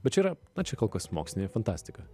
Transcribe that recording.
bet čia yra na čia kolkas mokslinė fantastika